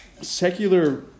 secular